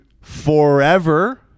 forever